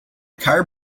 car